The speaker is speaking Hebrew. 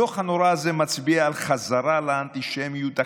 הדוח הנורא הזה מצביע על חזרה לאנטישמיות הקלאסית,